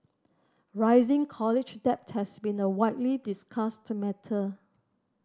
rising college debt has been a widely discussed matter